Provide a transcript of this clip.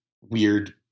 weird